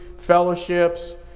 fellowships